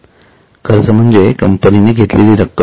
कर्ज म्हणजे कंपनीने घेतलेली रक्कम